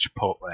Chipotle